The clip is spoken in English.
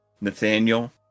Nathaniel